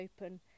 open